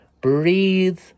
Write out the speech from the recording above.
Breathe